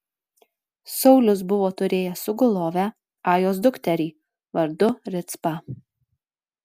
saulius buvo turėjęs sugulovę ajos dukterį vardu ricpą